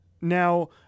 Now